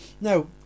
Now